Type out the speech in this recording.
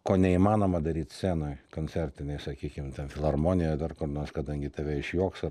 ko neįmanoma daryt scenoj koncertinėj sakykim ten filharmonijoj ar dar kur nors kadangi tave išjuoks ar